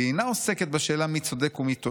היא אינה עוסקת בשאלה מי צודק ומי טועה,